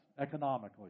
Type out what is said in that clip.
economically